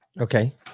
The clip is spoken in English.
Okay